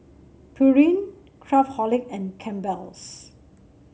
Pureen Craftholic and Campbell's